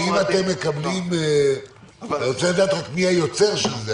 אני רוצה לדעת רק מי היוצר של זה.